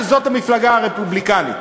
שזאת המפלגה הרפובליקנית.